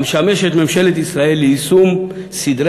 המשמש את ממשלת ישראל ליישום סדרי